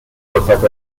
فرصت